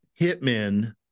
hitmen